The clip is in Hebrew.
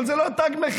אבל זה לא תג מחיר,